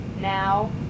now